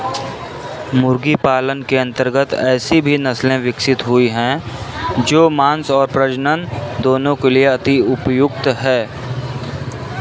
मुर्गी पालन के अंतर्गत ऐसी भी नसले विकसित हुई हैं जो मांस और प्रजनन दोनों के लिए अति उपयुक्त हैं